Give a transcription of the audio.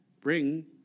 Bring